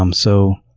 um so,